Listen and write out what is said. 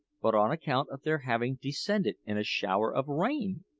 but on account of their having descended in a shower of rain!